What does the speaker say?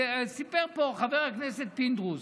סיפר פה חבר הכנסת פינדרוס,